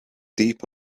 deep